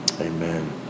amen